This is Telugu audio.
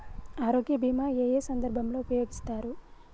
ఆరోగ్య బీమా ఏ ఏ సందర్భంలో ఉపయోగిస్తారు?